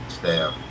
staff